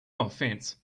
offense